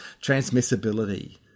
Transmissibility